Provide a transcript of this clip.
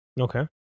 okay